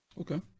Okay